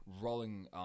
rolling –